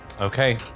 Okay